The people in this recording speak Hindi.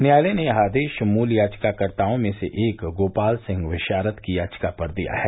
न्यायालय ने यह आदेश मूल याचिकाकर्ताओं में से एक गोपाल सिंह विशारद की याचिका पर दिया है